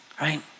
right